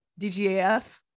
DGAF